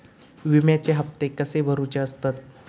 विम्याचे हप्ते कसे भरुचे असतत?